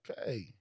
Okay